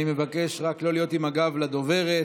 אני מבקש שלא להיות עם הגב לדוברת.